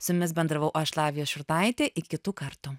su jumis bendravau aš lavija šurnaitė iki kitų kartų